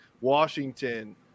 Washington